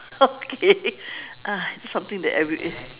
okay ah that's something that every